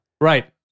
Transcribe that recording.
right